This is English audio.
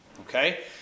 Okay